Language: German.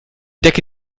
decke